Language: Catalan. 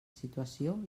situació